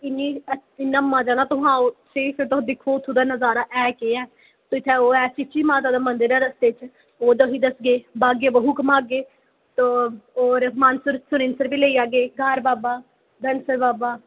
इ'न्ना मजा ना ओह् स्हेई तुसेंगी तुस दिक्खो थुहाड़ा नजारा ऐ केह् ऐ इत्थें चीची माता दा मंदर ऐ रस्ते च ओह्दा बी दस्सगे बाग ए बाहु बी घुम्मागे ते होर मानसर सरूईंसर बी लेई जाह्गे ग्हार बाबा धनसर बाबा